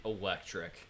electric